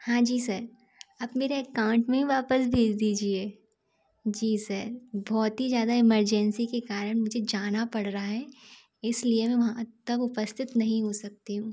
हाँ जी सर आप मेरे एकाउंट में ही वापस भेज दीजिए जी सर बहुत ज़्यादा इमरजेंसी के कारण मुझे जाना पड़ रहा है इसलिए मैं वहाँ तब उपस्थित नहीं हो सकती हूँ